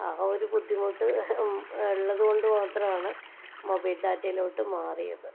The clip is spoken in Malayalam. അപ്പോൾ ഒരു ബുദ്ധിമുട്ട് ഉള്ളതുകൊണ്ട് മാത്രമാണ് മൊബൈൽ ഡാറ്റയിലോട്ട് മാറിയത്